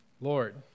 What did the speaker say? Lord